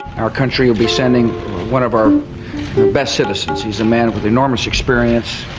our country will be sending one of our best citizens, he is a man with enormous experience,